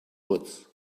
woods